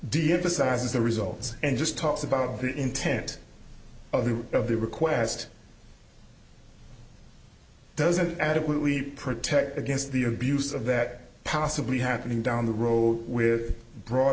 deemphasize is the results and just talks about the intent of the of the request doesn't adequately protect against the abuse of that possibly happening down the road with broad